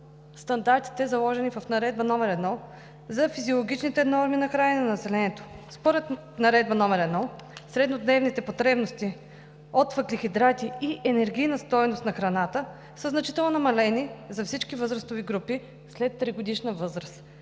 стандартите, заложени в Наредба № 1 за физиологичните норми на хранене на населението. Според Наредба № 1 среднодневните потребности от въглехидрати и енергийна стойност на храната са значително намалени за всички възрастови групи след тригодишна възраст.